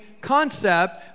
concept